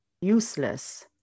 useless